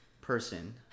person